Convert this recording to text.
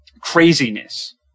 craziness